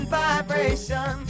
vibration